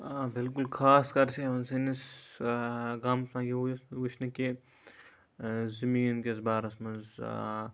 آ بِلکُل خاص کر چھِ یِوان سٲنِس گامَس مَنٛز یہِ وٕچھنہٕ کہِ زٔمیٖن کِس بارَس مَنٛز